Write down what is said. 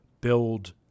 build